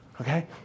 okay